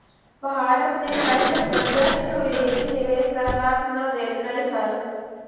भारत ने पहले प्रत्यक्ष विदेशी निवेश का साथ न देलकइ हल